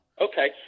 Okay